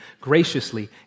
graciously